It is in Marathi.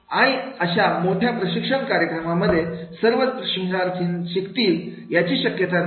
आणि अशा मोठ्या प्रशिक्षण कार्यक्रमांमध्ये सर्वच प्रशिक्षणार्थी शकतील याची शक्यता नाही